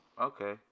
okay